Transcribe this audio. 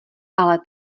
ale